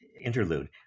interlude